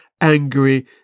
angry